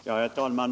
Herr talman!